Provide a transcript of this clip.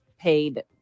paid